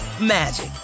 magic